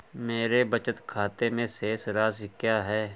मेरे बचत खाते में शेष राशि क्या है?